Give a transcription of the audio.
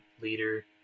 leader